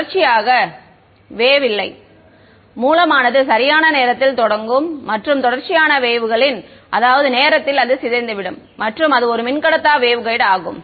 தொடர்ச்சியான வேவ் அது இல்லை மூலமானது சரியான நேரத்தில் தொடங்கும் மற்றும் தொடர்ச்சியான வேவ்களின் அதாவது நேரத்தில் அது சிதைந்துவிடும் மற்றும் அது ஒரு மின்கடத்தா வேவ்கைடு ஆகும்